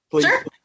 Sure